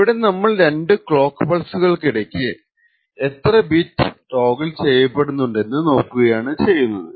ഇവിടെ നമ്മൾ രണ്ടു ക്ലോക്ക് പൾസുകൾക്കിടക്കു അത്ര ബിറ്റ് ടോഗ്ൾ ചെയ്യപെടുന്നുണ്ടെന്നു നോക്കുകയാണ് ചെയ്യുന്നത്